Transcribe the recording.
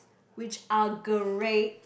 which are great